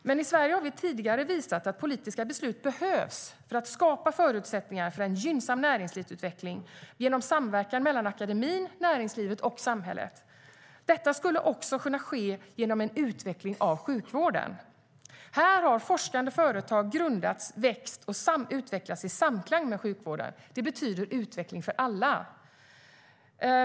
Men i Sverige har vi tidigare visat att politiska beslut behövs för att skapa förutsättningar för en gynnsam näringslivsutveckling genom samverkan mellan akademin, näringslivet och samhället. Detta skulle också kunna ske genom en utveckling av sjukvården. Här har forskande företag grundats, vuxit och utvecklats i samklang med sjukvården. Det betyder utveckling för alla.